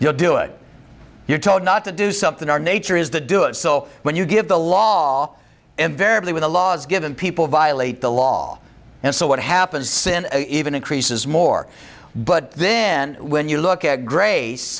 you do it you're told not to do something our nature is the do it so when you give the law invariably with the laws given people violate the law and so what happens sin even increases more but then when you look at grace